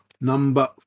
number